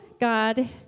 God